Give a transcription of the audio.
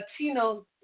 Latino